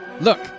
Look